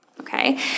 Okay